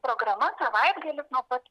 programa savaitgalį nuo pat